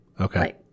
Okay